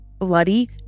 bloody